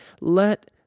Let